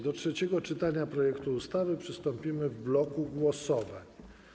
Do trzeciego czytania projektu ustawy przystąpimy w bloku głosowań.